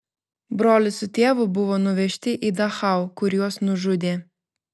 brolis su tėvu buvo nuvežti į dachau kur juos nužudė